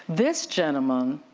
this gentleman,